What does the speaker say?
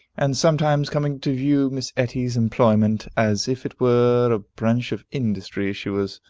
and sometimes coming to view miss etty's employment, as if it were a branch of industry she was